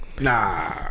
Nah